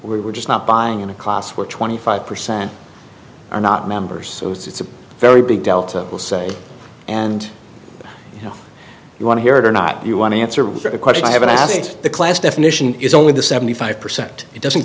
we're just not buying in a class where twenty five percent are not members so it's a very big delta will say and you know you want to hear it or not you want to answer a question i haven't asked the class definition is only the seventy five percent it doesn't